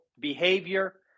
behavior